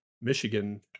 Michigan